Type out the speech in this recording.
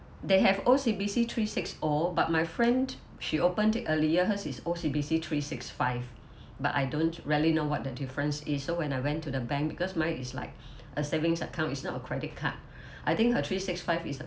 they have O_C_B_C three six O but my friend she opened it earlier hers is O_C_B_C three six five but I don't really know what the difference is so when I went to the bank because mine is like a savings account it's not a credit card I think her three six five is a